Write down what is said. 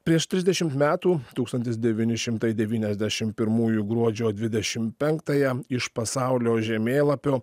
prieš trisdešim metų tūkstantis devyni šimtai devyniasdešim pirmųjų gruodžio dvidešim penktąją iš pasaulio žemėlapio